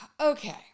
Okay